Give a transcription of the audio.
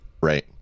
right